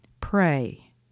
pray